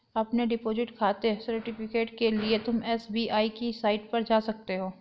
अपने डिपॉजिट खाते के सर्टिफिकेट के लिए तुम एस.बी.आई की साईट पर जा सकते हो